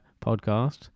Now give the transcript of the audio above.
podcast